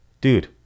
dude